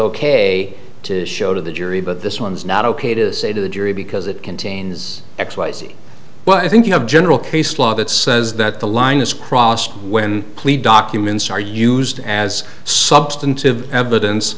ok to show to the jury but this one's not ok to say to the jury because it contains x y z but i think you have general case law that says that the line is crossed when a plea documents are used as substantive evidence